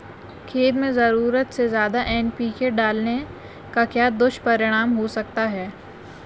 खेत में ज़रूरत से ज्यादा एन.पी.के डालने का क्या दुष्परिणाम हो सकता है?